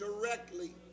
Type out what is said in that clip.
directly